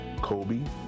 Kobe